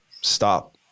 stop